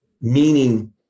meaning